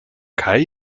kai